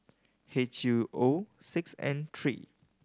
H U O six N three